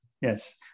Yes